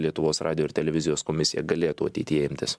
lietuvos radijo ir televizijos komisija galėtų ateityje imtis